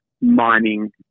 mining